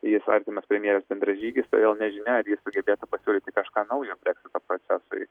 jis artimas premjerės bendražygis todėl nežinia ar jis sugebėtų pasiūlyti kažką naujo breksito procesui